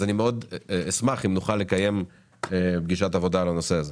אני אשמח אם נוכל לקיים פגישת עבודה על הנושא הזה.